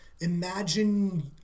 imagine